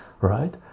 right